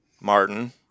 Martin